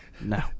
no